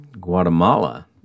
Guatemala